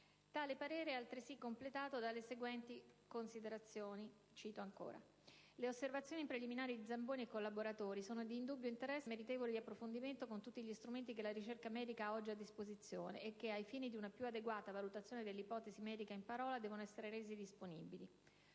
Tale parere è altresì completato dalle seguenti considerazioni: «Le osservazioni preliminari di Zamboni e collaboratori sono di indubbio interesse e meritevoli di approfondimento con tutti gli strumenti che la ricerca medica ha oggi a disposizione e che, ai fini di una più adeguata valutazione dell'ipotesi medica in parola, devono essere resi disponibili: